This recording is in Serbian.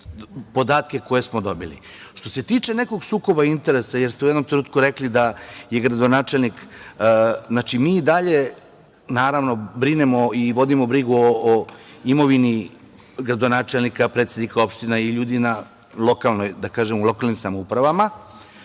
se tiče nekog sukoba interesa, jer ste u jednom trenutku rekli da je gradonačelnik, znači mi i dalje brinemo i vodimo brigu o imovini gradonačelnika, predsednika opština i ljudima u lokalnim samoupravama. Ono